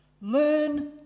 Learn